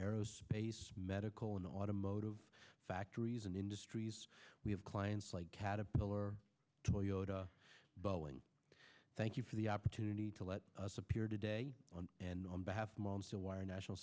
aerospace medical in automotive factories and industries we have clients like caterpillar toyota boeing thank you for the opportunity to let us appear today and on behalf moms to wire national